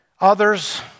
Others